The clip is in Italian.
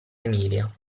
emilia